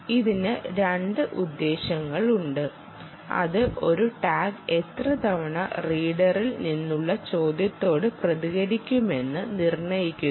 ഇതിന് 2 ഉദ്ദേശ്യങ്ങളുണ്ട് അത് ഒരു ടാഗ് എത്ര തവണ റീഡറിൽ നിന്നുള്ള ചോദ്യത്തോട് പ്രതികരിക്കുമെന്ന് നിർണ്ണയിക്കുന്നു